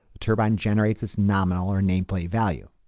turbine generates its nominal or nameplate value,